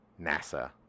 NASA